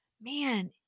man